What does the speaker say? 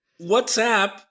whatsapp